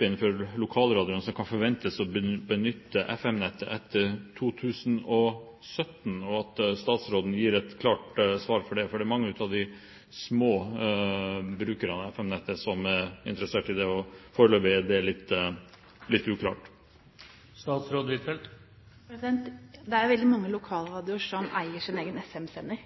innenfor lokalradioen som kan forventes å benytte FM-nettet etter 2017. Kan statsråden gi et klart svar på det? For det er mange av de små brukerne av FM-nettet som er interessert i det, og foreløpig er det litt uklart. Det er veldig mange lokalradioer som eier sin egen FM-sender.